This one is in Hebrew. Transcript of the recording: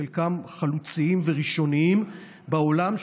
חלקם חלוציים וראשוניים בעולם,